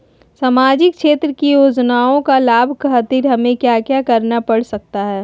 सामाजिक क्षेत्र की योजनाओं का लाभ खातिर हमें क्या क्या करना पड़ सकता है?